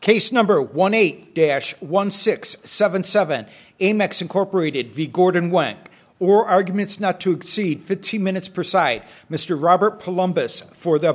case number one eight dash one six seven seven in mexico or paraded v gordon way or arguments not to exceed fifteen minutes per side mr robert columbus for the